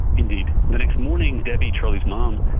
indeed. the next morning debbie, charlie's mum,